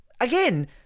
again